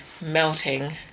melting